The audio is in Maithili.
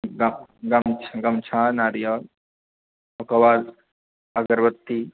गमछा नारियल ओकरबाद अगरबत्ती